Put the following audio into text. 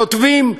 כותבים,